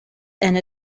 and